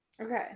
Okay